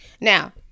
now